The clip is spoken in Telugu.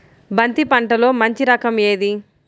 బంతి పంటలో మంచి రకం ఏది?